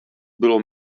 bylo